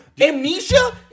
Amnesia